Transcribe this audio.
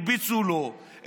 הרביצו לו,